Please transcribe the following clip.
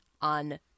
on